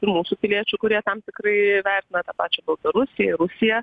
ir mūsų piliečių kurie tam tikrai vertina pačią baltarusiją rusiją